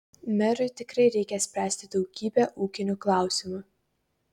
merui tikrai reikia spręsti daugybę ūkinių klausimų